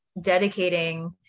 dedicating